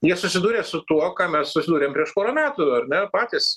jie susidūrė su tuo ką mes susidūrėm prieš porą metų ar ne patys